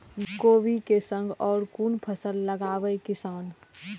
कोबी कै संग और कुन फसल लगावे किसान?